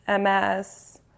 MS